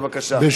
בבקשה.